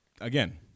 again